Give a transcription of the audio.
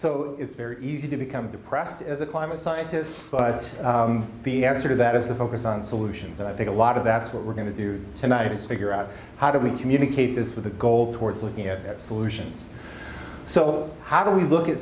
so it's very easy to become depressed as a climate scientist but the answer to that is the focus on solutions and i think a lot of that's what we're going to do tonight is figure out how do we communicate this with a goal towards looking at solutions so how do we look at